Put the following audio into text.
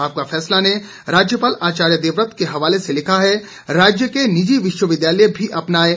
आपका फैसला ने राज्यपाल आचार्य देवव्रत के हवाले से लिखा है राज्य के निजी विश्वविद्यालय भी अपनाए शून्य लागत खेती